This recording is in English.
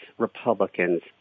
Republicans